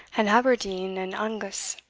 and aberdeen, and angus.